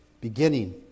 beginning